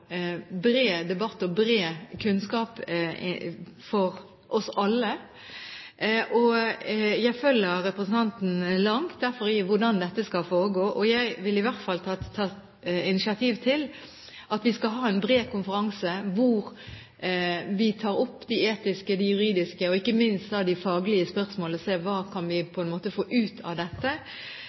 bred debatt og bred kunnskap, og jeg følger derfor representanten langt i hvordan dette skal foregå. Jeg vil i hvert fall ta initiativ til at vi skal ha en bred konferanse hvor vi tar opp de etiske, juridiske og ikke minst de faglige spørsmålene, og ser på hva vi kan få ut av dette